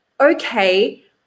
Okay